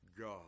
God